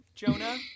Jonah